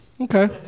Okay